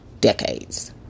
decades